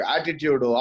Attitude